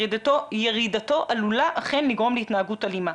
וירידתו עלולה אכן לגרום להתנהגות אלימה.